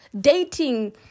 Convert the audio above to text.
dating